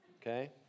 okay